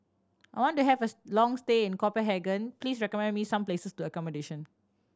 I want to have a long stay in Copenhagen please recommend me some place to accommodation